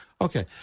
Okay